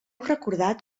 recordat